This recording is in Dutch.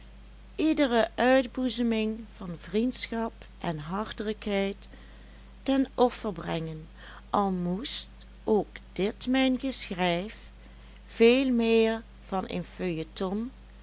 iedere uitboezeming van vriendschap en hartelijkheid ten offer brengen al moest ook dit mijn geschrijf veel meer van een